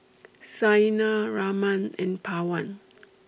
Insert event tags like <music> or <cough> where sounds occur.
<noise> Saina Raman and Pawan <noise>